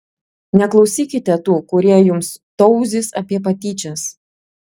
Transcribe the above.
neklausykite tų kurie jums tauzys apie patyčias